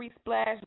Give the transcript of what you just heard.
Splash